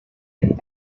and